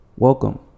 Welcome